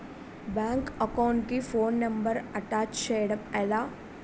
Bank account కి phone number attach చేయడం ఎలా?